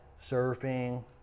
Surfing